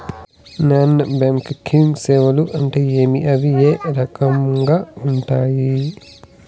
non banking సేవలు అంటే ఏమి అవి ఏ రకంగా ఉండాయి